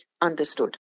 Understood